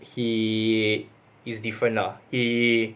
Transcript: he is different lah he